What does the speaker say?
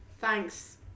Thanks